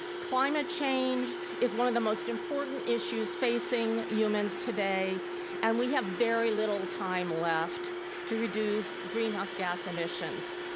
climate change is one of the most important issues facing humans today and we have very little time left to reduce greenhouse gas emissions.